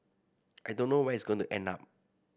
I don't know where it's going to end up